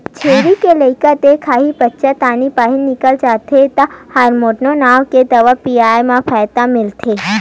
छेरी के लइका देय खानी बच्चादानी बाहिर निकल जाथे त हारमोटोन नांव के दवा पिलाए म फायदा मिलथे